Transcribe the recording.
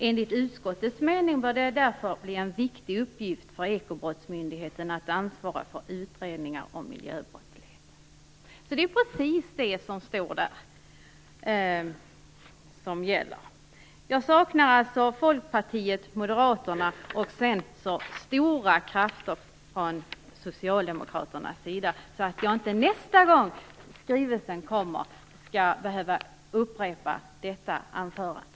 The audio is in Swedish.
Enligt utskottets mening var det därför en viktig uppgift för ekobrottsmyndigheten att ansvara för utredningar om miljöbrottslighet. Det är precis det som står där som gäller. Jag saknar Folkpartiet, Moderaterna och stora krafter från Socialdemokraternas sida, så att jag inte nästa gång skrivelsen kommer skall behöva upprepa detta anförande.